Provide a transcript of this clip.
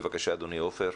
בבקשה אדוני, עופר.